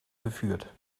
geführt